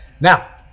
now